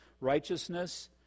Righteousness